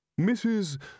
Mrs